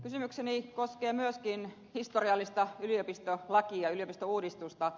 kysymykseni koskee myöskin historiallista yliopistolakia yliopistouudistusta